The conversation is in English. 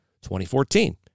2014